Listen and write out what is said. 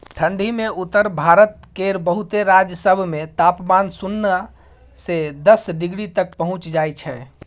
ठंढी मे उत्तर भारत केर बहुते राज्य सब मे तापमान सुन्ना से दस डिग्री तक पहुंच जाइ छै